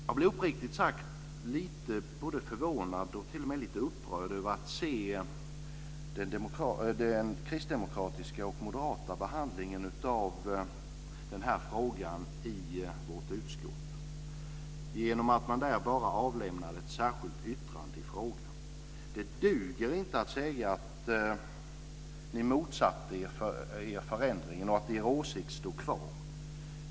Jag blir uppriktigt sagt lite både förvånad och upprörd över att se den moderata och kristdemokratiska behandlingen av frågan i vårt utskott. Man lämnar bara ett särskilt yttrande i frågan. Det duger inte att säga att ni motsatte er förändringen och att er åsikt står kvar.